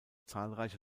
zahlreiche